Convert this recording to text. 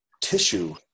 tissue